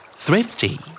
Thrifty